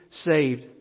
saved